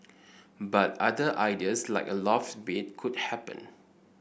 but other ideas like a loft bed could happen